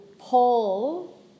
pull